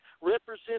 represent